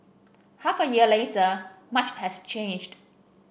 half a year later much has changed